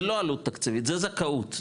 זה לא עלות תקציבית זו זכאות,